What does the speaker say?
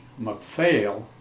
McPhail